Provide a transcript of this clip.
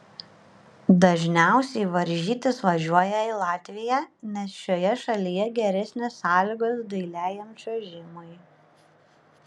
dažniausiai varžytis važiuoja į latviją nes šioje šalyje geresnės sąlygos dailiajam čiuožimui